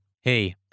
Hey